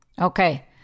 Okay